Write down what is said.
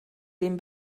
dem